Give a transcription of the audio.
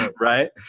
Right